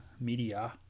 media